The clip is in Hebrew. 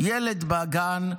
ילד בגן,